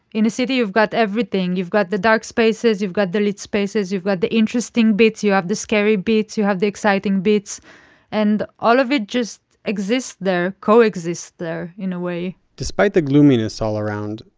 in a city, you've got everything. you've got the dark spaces, you've got the lit spaces, you've got the interesting bits. you have the scary bit. you have the exciting bits and all of it just exists there. co-exists there in a way despite the gloominess all around,